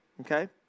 okay